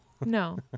No